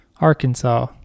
Arkansas